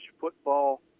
football